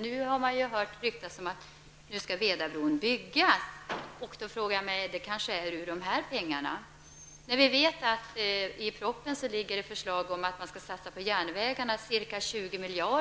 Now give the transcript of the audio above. Nu ryktas det om att Vedabron skall byggas. Skall man då ta pengarna ur dessa medel? I propositionen föreslås att ca 20 miljarder kronor skall satsar på järnvägarna